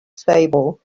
stable